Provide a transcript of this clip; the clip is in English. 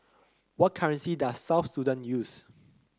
what currency does South Sudan use